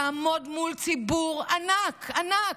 תעמוד מול ציבור ענק, ענק,